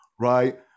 right